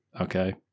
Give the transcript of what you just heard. okay